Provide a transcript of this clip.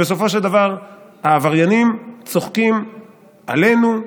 ובסופו של דבר העבריינים צוחקים עלינו,